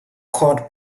chord